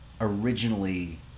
originally